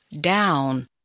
down